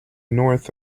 north